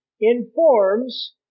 informs